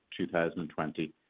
2020